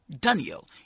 Daniel